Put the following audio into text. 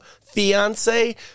fiance